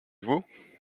vous